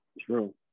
True